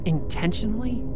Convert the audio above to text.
Intentionally